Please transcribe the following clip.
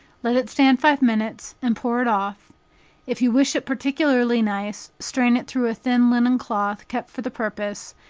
let it stand five minutes, and pour it off if you wish it particularly nice, strain it through a thin linen cloth, kept for the purpose,